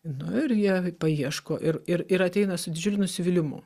nu ir jie paieško ir ir ir ateina su didžiuliu nusivylimu